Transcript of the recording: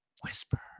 whisper